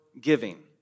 giving